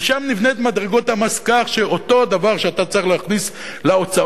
ושם נבנה את מדרגות המס כך שאת אותו הדבר שאתה צריך להכניס להוצאות,